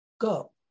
go